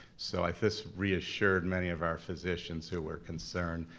so this reassured many of our physicians who were concerned.